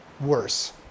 worse